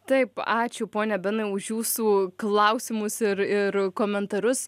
taip ačiū pone benai už jūsų klausimus ir ir komentarus